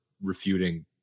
refuting